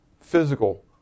physical